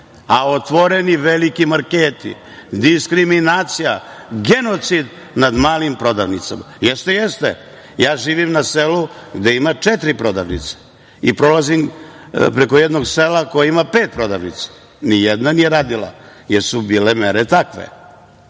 a otvoreni veliki marketi. Diskriminacija, genocid nad malim prodavnicama. Jeste, jeste. Ja živim na selu gde ima četiri prodavnice i prolazim preko jednog sela koje ima pet prodavnica. Ni jedna nije radila, jer su bile mere takve,